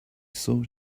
sought